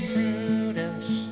Prudence